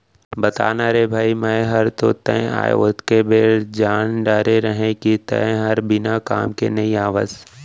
बता ना रे भई मैं हर तो तैं आय ओतके बेर जान डारे रहेव कि तैं हर बिना काम के नइ आवस